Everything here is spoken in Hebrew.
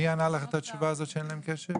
מי ענה לך את התשובה הזאת שאין להם קשב?